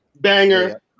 Banger